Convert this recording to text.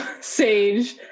Sage